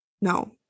No